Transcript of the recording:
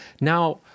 Now